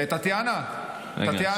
טטיאנה, טטיאנה.